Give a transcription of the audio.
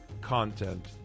content